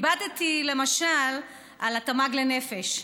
הבטתי למשל על התמ"ג לנפש.